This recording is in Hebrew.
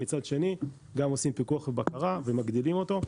ומצד שני גם עושים פיקוח ובקרה ומגדילים אותו,